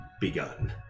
begun